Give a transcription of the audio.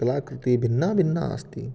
कलाकृतिः भिन्ना भिन्ना अस्ति